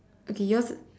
okay your's